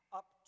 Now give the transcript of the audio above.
up